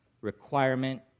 requirement